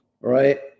right